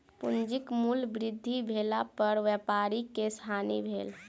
पूंजीक मूल्य वृद्धि भेला पर व्यापारी के हानि भेल